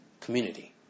community